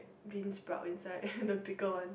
bean sprout inside the pickle one